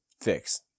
fix